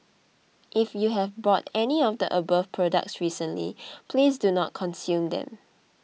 if you have bought any of the above products recently please do not consume them